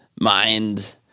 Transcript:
mind